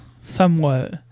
Somewhat